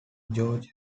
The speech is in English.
george